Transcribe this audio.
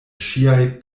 ŝiaj